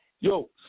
Yo